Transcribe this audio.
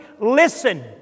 listen